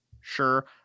sure